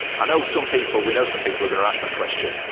i know some people, we know some people are gonna ask that question.